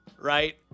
right